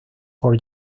por